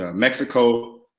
ah mexico,